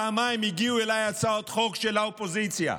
פעמיים הגיעו אליי הצעות חוק של האופוזיציה.